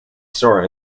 store